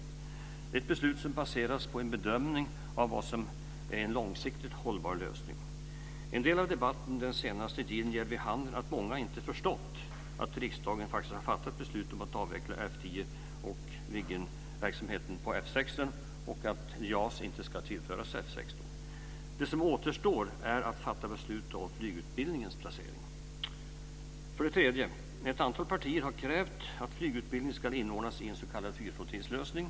Det är ett beslut som baserades på en bedömning av vad som är en långsiktigt hållbar lösning. En del av debatten den senaste tiden ger vid handen att många inte har förstått att riksdagen faktiskt har fattat ett beslut om att avveckla F 10 och Viggenverksamheten på F 16 samt om att JAS inte ska tillföras F 16. Det som återstår är att fatta beslut om flygutbildningens placering. För det tredje har ett antal partier krävt att flygutbildningen ska inordnas i en s.k. fyrflottiljlösning.